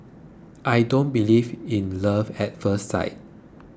I don't believe in love at first sight